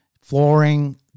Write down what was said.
flooring